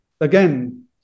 again